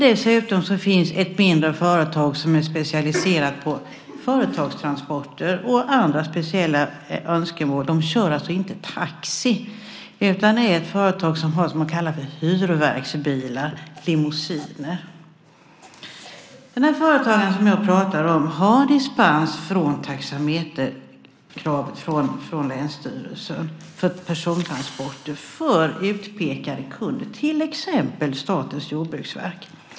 Dessutom finns det ett mindre företag som är specialiserat på företagstransporter och andra speciella önskemål. Företaget kör alltså inte taxi, utan det har så kallade hyrverksbilar - limousiner. Den företagare som jag pratar om har dispens från taxameterkravet från länsstyrelsen för persontransporter av utpekade kunder, till exempel Statens jordbruksverk.